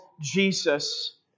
Jesus